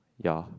ya